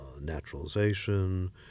naturalization